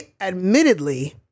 admittedly